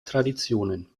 traditionen